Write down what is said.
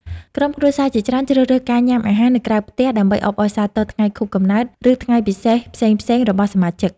ក្រុមគ្រួសារជាច្រើនជ្រើសរើសការញ៉ាំអាហារនៅក្រៅផ្ទះ ដើម្បីអបអរសាទរថ្ងៃខួបកំណើត ឬថ្ងៃពិសេសផ្សេងៗរបស់សមាជិក។